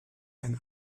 ein